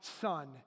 son